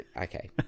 Okay